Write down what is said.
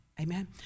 Amen